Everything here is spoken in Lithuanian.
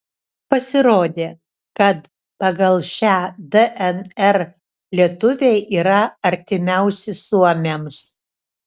pasirodė kad pagal šią dnr lietuviai yra artimiausi suomiams